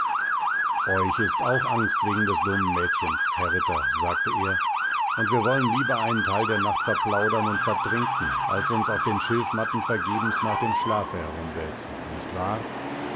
euch ist auch angst wegen des dummen mädchens herr ritter sagte er und wir wollen lieber einen teil der nacht verplaudern und vertrinken als uns auf den schilfmatten vergebens nach dem schlafe herumwälzen nicht wahr